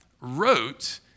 wrote